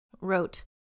wrote